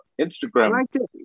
Instagram